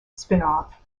spinoff